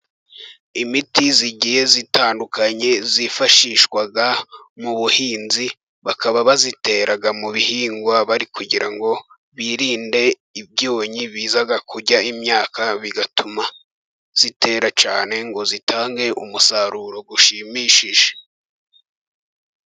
Imiti igiye itandukanye yifashishwa mu buhinzi, bakaba bayitera mu bihingwa bari kugira ngo, birinde ibyonnyi biza kurya imyaka, bigatuma, itera cyane ngo itange umusaruro ushimishije.